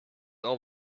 all